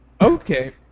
Okay